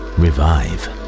revive